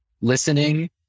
listening